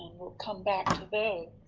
we'll come back to those.